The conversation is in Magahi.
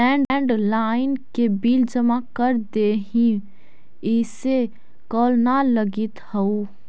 लैंड्लाइन के बिल जमा कर देहीं, इसे कॉल न लगित हउ